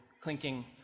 clinking